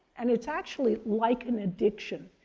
and it's actually like an addiction.